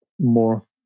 more